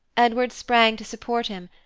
edward sprang to support him,